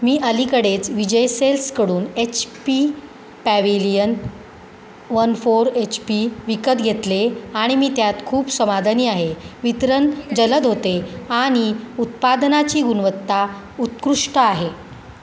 मी अलीकडेच विजय सेल्सकडून H P Pavilion one four H P विकत घेतले आणि मी त्यात खूप समाधानी आहे वितरण जलद होते आणि उत्पादनाची गुणवत्ता उत्कृष्ट आहे